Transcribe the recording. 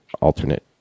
alternate